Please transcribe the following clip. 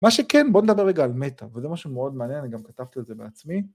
מה שכן, בואו נדבר רגע על מטא, וזה משהו מאוד מעניין, אני גם כתבתי על זה בעצמי.